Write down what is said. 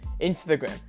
Instagram